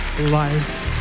life